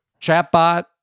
chatbot